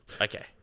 okay